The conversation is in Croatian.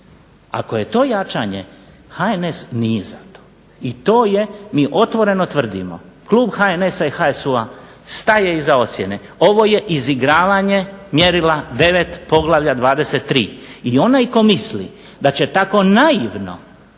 Ako je to jačanje HNS nije za to i to je, mi otvoreno tvrdimo, klub HNS-a i HSU-a staje iza ocjene, ovo je izigravanje mjerila 9 poglavlja 23 i onaj tko misli da će tako naivno